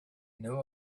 knew